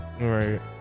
Right